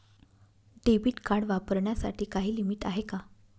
Debit card वापरण्यासाठी काही limit आहे का?